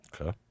Okay